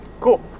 cool